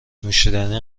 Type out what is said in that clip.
نوشیدنی